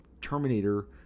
Terminator